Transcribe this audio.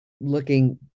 looking